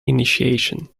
initiation